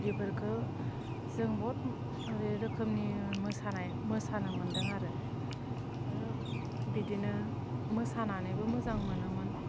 बेफोरखो जों बहत ओरै रोखोमनि मोसानाय मोसानो मोनदों आरो बिदिनो मोसानानैबो मोजां मोनोमोन